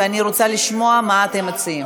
ואני רוצה לשמוע מה אתם מציעים.